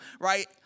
right